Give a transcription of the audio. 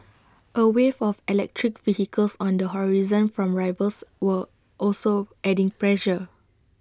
A wave of electric vehicles on the horizon from rivals were also adding pressure